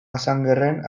assangeren